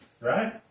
right